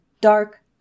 dark